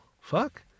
Fuck